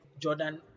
Jordan